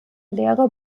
lehre